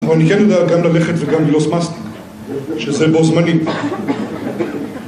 אבל אני כן יודע גם ללכת וגם ללעוס מסטיק, שזה בו-זמנית